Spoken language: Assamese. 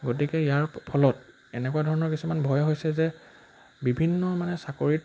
গতিকে ইয়াৰ ফলত এনেকুৱা ধৰণৰ কিছুমান ভয় হৈছে যে বিভিন্ন মানে চাকৰিত